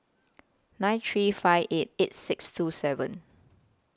nine three five eight eight six two seven